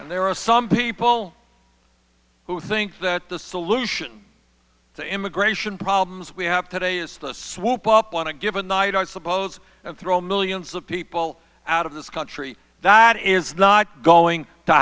there are some people who think that the solution to immigration problems we have today is swoop up on a given night i suppose throw millions of people out of this country that is not going to